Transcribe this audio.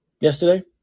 yesterday